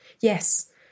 yes